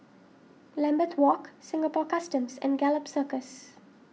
Lambeth Walk Singapore Customs and Gallop Circus